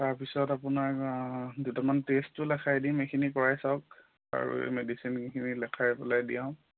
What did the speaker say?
তাৰপিছত আপোনাৰ দুটামান টেষ্টটো লেখাই দিম এইখিনি কৰাই চাওক আৰু এই মেডিচিনখিনি লেখাই পেলাই দিয়াওঁ